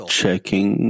checking